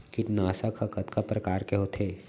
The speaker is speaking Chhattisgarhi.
कीटनाशक ह कतका प्रकार के होथे?